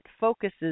focuses